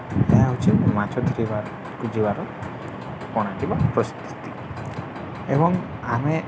ଏହା ହେଉଛି ମାଛ ଧରିବାର ଯିବାର ପ୍ରଣାଳୀ ବା ପ୍ରସ୍ତୁତି ଏବଂ ଆମେ